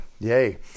yay